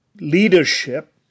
leadership